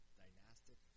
dynastic